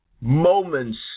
moments